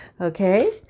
Okay